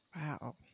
Wow